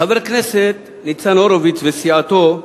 חבר הכנסת ניצן הורוביץ וסיעתו,